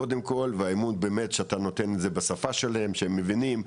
קודם כל והאמון שאתה נותן זה בשפה שלהם שהם מבינים,